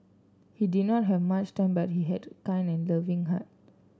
he did not have much time but he had a kind and loving heart